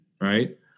right